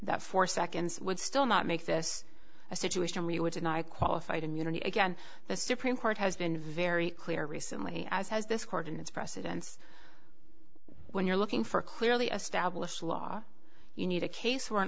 that four seconds would still not make this a situation where you would deny qualified immunity again the supreme court has been very clear recently as has this court and its precedents when you're looking for a clearly established law you need a case where an